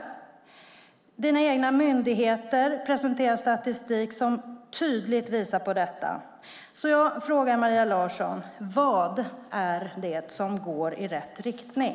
Maria Larssons egna myndigheter presenterar statistik som tydligt visar på detta. Därför frågar jag Maria Larsson: Vad är det som går i rätt riktning?